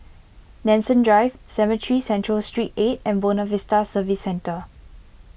Nanson Drive Cemetry Central Street eight and Buona Vista Service Centre